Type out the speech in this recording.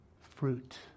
Fruit